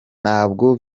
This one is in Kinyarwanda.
ntabwo